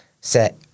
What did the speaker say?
set